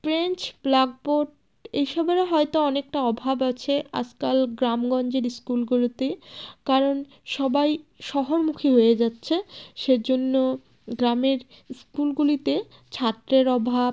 bench blackboard এই সবেরও হয়তো অনেকটা অভাব আছে আজকাল গ্রামগঞ্জের স্কুলগুলোতে কারণ সবাই শহরমুখী হয়ে যাচ্ছে সেজন্য গ্রামের স্কুলগুলিতে ছাত্রের অভাব